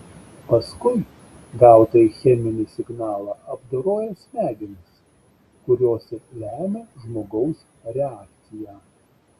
paskui gautąjį cheminį signalą apdoroja smegenys kurios ir lemia žmogaus reakciją